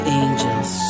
angels